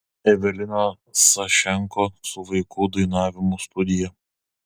evelina sašenko su vaikų dainavimo studija